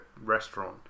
restaurant